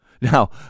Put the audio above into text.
Now